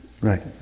right